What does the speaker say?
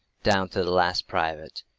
down to the last private.